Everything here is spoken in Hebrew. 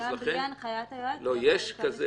לכן ------ הנחיית היועץ הוא יכול לטעון